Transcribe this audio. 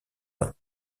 mains